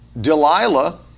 Delilah